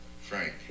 Frank